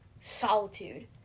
solitude